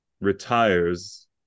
retires